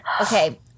Okay